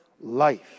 life